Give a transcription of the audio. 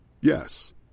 Yes